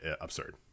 absurd